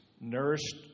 nourished